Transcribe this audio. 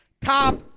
top